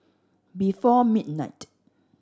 before midnight